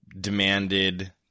demanded